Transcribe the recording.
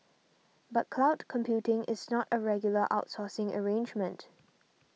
but cloud computing is not a regular outsourcing arrangement